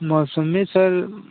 मौसंबी sir